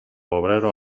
obreros